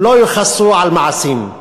לא יכסו על מעשים.